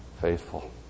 faithful